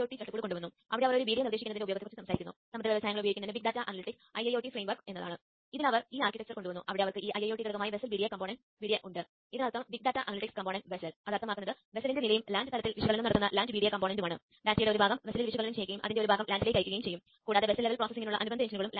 നമുക്ക് ഇത് ഇവിടെ നിർവ്വഹിക്കാം അതിനുശേഷം നമുക്ക് മറ്റൊരു കോഡിലേക്ക് പോകാം അത് അയച്ചയാൾ x b dot pi ആണ്